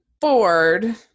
bored